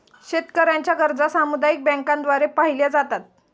शेतकऱ्यांच्या गरजा सामुदायिक बँकांद्वारे पाहिल्या जातात